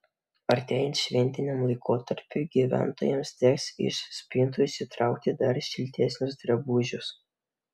artėjant šventiniam laikotarpiui gyventojams teks iš spintų išsitraukti dar šiltesnius drabužius